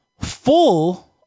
full